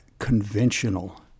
conventional